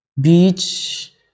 beach